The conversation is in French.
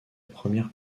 première